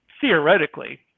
theoretically